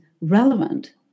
relevant